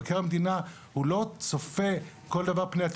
מבקר המדינה הוא לא צופה כל דבר פני עתיד